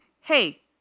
hey